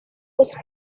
was